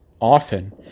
often